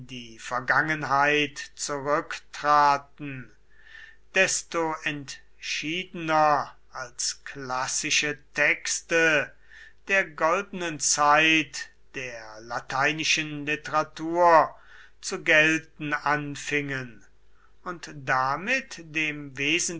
die vergangenheit zurücktraten desto entschiedener als klassische texte der goldenen zeit der lateinischen literatur zu gelten anfingen und damit dem